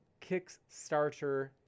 Kickstarter